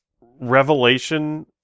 revelation